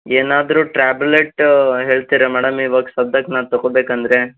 ಏನಾದ್ರೂ ಟ್ರ್ಯಾಬ್ಲೆಟ್ ಹೇಳ್ತಿರಾ ಮೇಡಮ್ ಇವಾಗ ಸದ್ಯಕ್ಕೆ ನಾನು ತಗೊಬೇಕಂದ್ರೆ